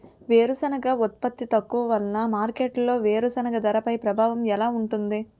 వేరుసెనగ ఉత్పత్తి తక్కువ వలన మార్కెట్లో వేరుసెనగ ధరపై ప్రభావం ఎలా ఉంటుంది?